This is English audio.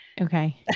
Okay